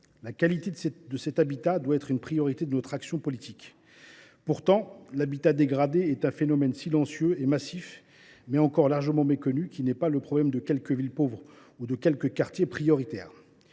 La qualité de cet habitat doit être une priorité de notre action politique. Pourtant, l’habitat dégradé est un phénomène silencieux et massif, encore largement méconnu, qui n’est pas le problème de quelques villes pauvres ou quartiers prioritaires.